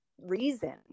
reason